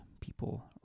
people